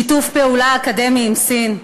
שיתוף פעולה אקדמי עם סין.